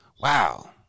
Wow